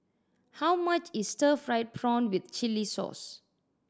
how much is stir fried prawn with chili sauce